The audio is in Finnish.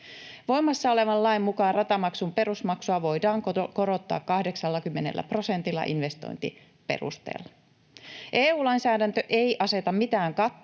Voimassa olevan lain mukaan ratamaksun perusmaksua voidaan korottaa 80 prosentilla investointiperusteella. EU-lainsäädäntö ei aseta mitään kattoa